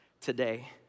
today